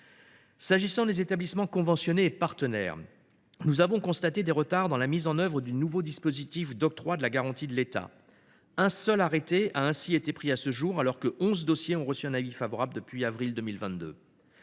S’agissant des établissements conventionnés et partenaires, nous avons constaté des retards dans la mise en œuvre du nouveau dispositif d’octroi de la garantie de l’État. Un seul arrêté a ainsi été pris à ce jour, alors que onze dossiers ont reçu un avis favorable depuis avril 2022.